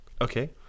Okay